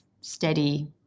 steady